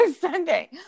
Sunday